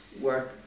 work